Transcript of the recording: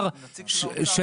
ויש נציג של האוצר במשרד.